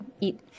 eat